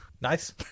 Nice